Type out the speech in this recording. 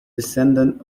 descendant